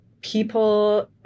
people